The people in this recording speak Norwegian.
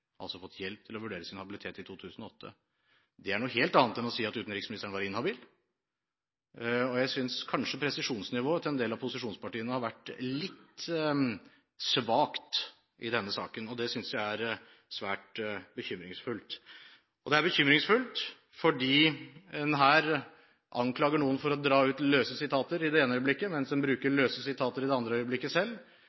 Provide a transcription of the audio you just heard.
altså fått hjelp til å vurdere sin habilitet, i 2008. Det er noe helt annet enn å si at utenriksministeren var inhabil, og jeg synes kanskje presisjonsnivået til en del av posisjonspartiene har vært litt svakt i denne saken. Det synes jeg er svært bekymringsfullt. Det er bekymringsfullt, fordi en her anklager noen for å dra ut løse sitater i det ene øyeblikket, mens en bruker